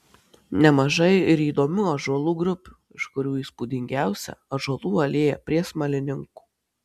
nemažai ir įdomių ąžuolų grupių iš kurių įspūdingiausia ąžuolų alėja prie smalininkų